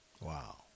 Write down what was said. Wow